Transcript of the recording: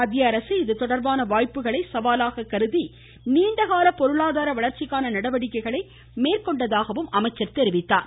மத்தியஅரசு இதுதொடர்பான வாய்ப்புகளை சவாலாக கருதி நீண்டகால பொருளாதார வளர்ச்சிக்கான நடவடிக்கைகளை மேற்கொண்டதாகவும் அவர் கூறினார்